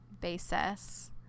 basis